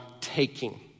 taking